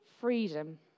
Freedom